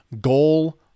goal